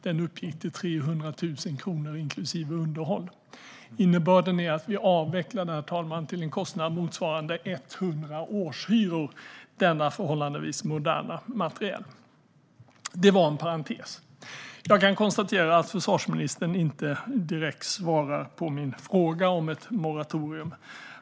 Den uppgick till 300 000 kronor inklusive underhåll. Herr talman! Innebörden är att vi avvecklade denna förhållandevis moderna materiel till en kostnad motsvarande 100 årshyror. Det var en parentes. Jag kan konstatera att försvarsministern inte direkt svarar på min fråga om ett moratorium.